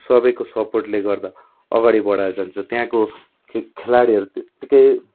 सबैको सपोर्टले गर्दा अगाडि बडाएर जान्छ त्यहाँको खे खेलाडीहरू तेत्तिकै